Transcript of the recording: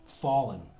fallen